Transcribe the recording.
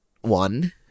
one